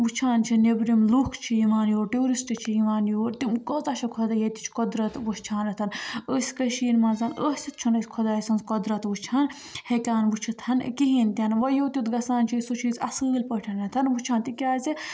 وٕچھان چھِ نیٚبرِم لُکھ چھِ یِوان یور ٹیوٗرِسٹ چھِ یِوان یور تِم کۭژاہ چھےٚ خۄدا ییٚتِچ قۄدرَت وٕچھان أسۍ کٔشیٖرِ منٛز ٲسِتھ چھُنہٕ اَسہِ خۄداے سٕنٛز قۄدرَت وٕچھان ہٮ۪کان وٕچھِتھ کِہیٖنۍ تہِ نہٕ وۄنۍ یوٚت یوٚت گژھان چھِ أسۍ سُہ چھِ أسۍ اَصٕل پٲٹھۍ وٕچھان تِکیٛازِ